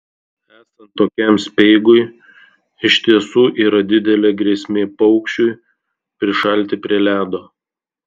esant tokiam speigui iš tiesų yra didelė grėsmė paukščiui prišalti prie ledo